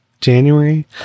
January